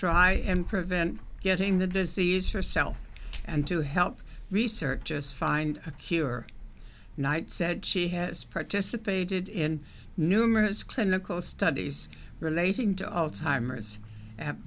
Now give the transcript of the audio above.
try and prevent getting the disease yourself and to help researchers find a cure knight said she has participated in numerous clinical studies relating to timers at